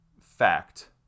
fact